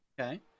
okay